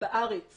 בארץ